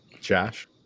Josh